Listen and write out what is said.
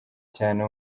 cyane